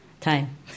time